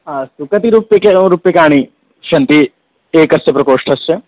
अस्तु कति रूप्यके रूप्यकाणि सन्ति एकस्य प्रकोष्ठस्य